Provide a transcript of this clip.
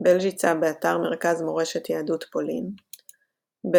בלז'יצה באתר מרכז מורשת יהדות פולין בלז'יצה,